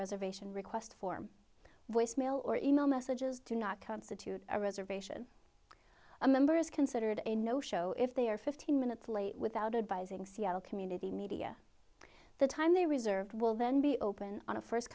reservation request form voicemail or e mail messages do not constitute a reservation a member is considered a no show if they are fifteen minutes late without advising seattle community media the time they reserved will then be open on a first